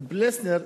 פלסנר,